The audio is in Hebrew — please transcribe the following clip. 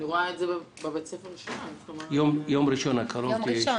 אני רואה את זה --- ביום ראשון הקרוב תהיה